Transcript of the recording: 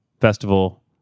festival